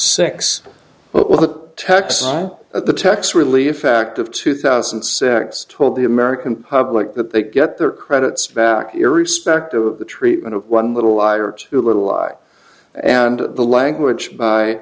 six tax at the tax relief act of two thousand and six told the american public that they'd get their credits back here respective of the treatment of one little light or too little lie and the language by